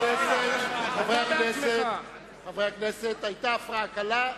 חברי הכנסת, חברי הכנסת, היתה הפרעה קלה.